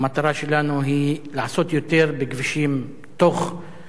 המטרה שלנו היא לעשות יותר בכבישים תוך-עירוניים.